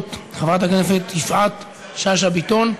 הדוברות חברת הכנסת, יפעת שאשא ביטון,